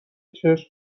چشم